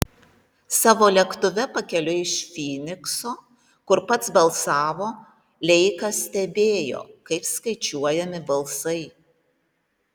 savo lėktuve pakeliui iš fynikso kur pats balsavo leikas stebėjo kaip skaičiuojami balsai